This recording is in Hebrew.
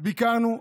ביקרנו.